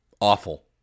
awful